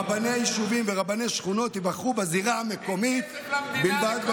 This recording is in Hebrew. רבני יישובים ורבני שכונות ייבחרו בזירה המקומית בלבד,